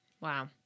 Wow